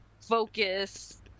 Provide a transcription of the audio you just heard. focus